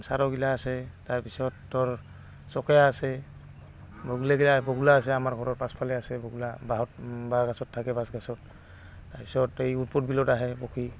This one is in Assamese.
চাৰগিলা আছে তাৰপিছত ধৰ চকেয়া আছে বগলিগেলা বগলা আছে আমাৰ ঘৰৰ পাছফালে আছে বগলা বাঁহত বাঁহগছত থাকে বাঁচ গাছত তাৰপিছত এই উৎপদ বিলত আহে পখী